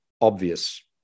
obvious